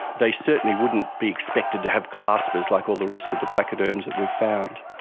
they certainly wouldn't be expected to have claspers like all the rest of the placoderms that we've found.